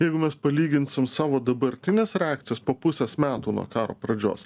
jeigu mes palyginsim savo dabartines reakcijas po pusės metų nuo karo pradžios